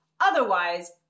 Otherwise